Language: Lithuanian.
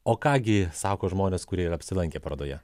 o ką gi sako žmonės kurie yra apsilankę parodoje